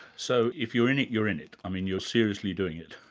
so if you're in it, you're in it. i mean, you're seriously doing it.